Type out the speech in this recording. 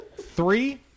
three